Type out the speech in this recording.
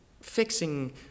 fixing